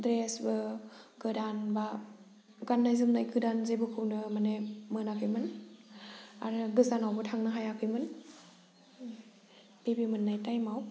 ड्रेसबो गोदान बा गाननाय जोमनायखो गोदान जेबोखौनो माने मोनाखैमोन आरो गोजानावबो थांनो हायाखैमोन बेबि मोननाय टाइमाव